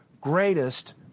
greatest